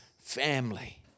family